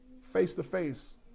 face-to-face